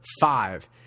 five